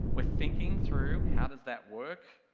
we're thinking through, how does that work,